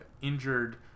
injured